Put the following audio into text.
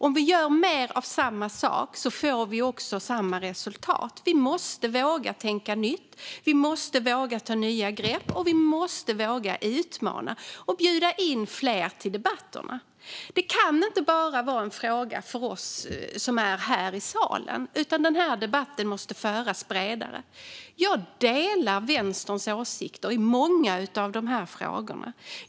Om vi gör mer av samma sak får vi också samma resultat. Vi måste våga tänka nytt. Vi måste våga ta nya grepp. Vi måste våga utmana och bjuda in fler till debatterna. Det kan inte bara vara en fråga för oss här i salen. Den här debatten måste föras bredare. Jag delar Vänsterns åsikter i många av de här frågorna.